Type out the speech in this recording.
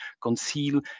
conceal